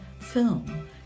film